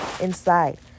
inside